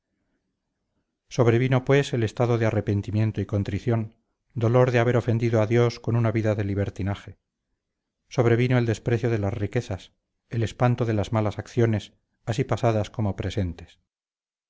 sobrevino pues el estado de arrepentimiento y contrición dolor de haber ofendido a dios con una vida de libertinaje sobrevino el desprecio de las riquezas el espanto de las malas acciones así pasadas como presentes